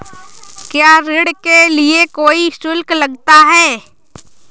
क्या ऋण के लिए कोई शुल्क लगता है?